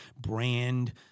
brand